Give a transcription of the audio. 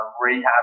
rehab